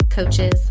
Coaches